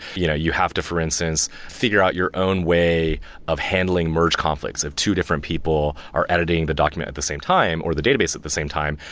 you know you have to for instance, figure out your own way of handling merge conflicts, if two different people are editing the document at the same time, or the database at the same time.